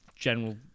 general